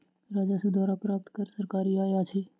राजस्व द्वारा प्राप्त कर सरकारी आय अछि